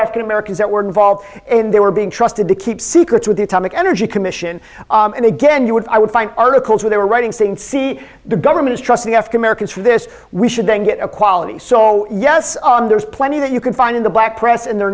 african americans that were involved in they were being trusted to keep secrets with the atomic energy commission and again you would i would find articles where they were writing saying see the government is trust the african americans for this we should then get a quality so yes there is plenty that you can find in the black press in their